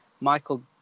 Michael